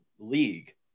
league